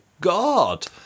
God